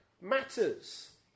matters